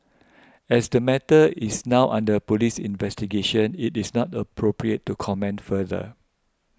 as the matter is now under police investigation it is not appropriate to comment further